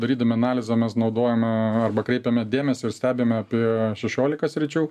darydami analizę mes naudojame arba kreipiame dėmesį ir stebime apie šešiolika sričių